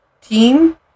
team